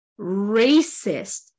racist